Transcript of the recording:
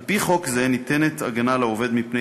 על-פי חוק זה ניתנת הגנה לעובד מפני